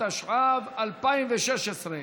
התשע"ו 2016,